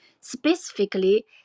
specifically